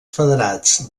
federats